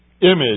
image